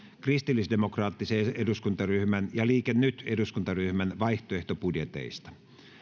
kristillisdemokraattisen eduskuntaryhmän ja liike nyt eduskuntaryhmän vaihtoehtobudjeteista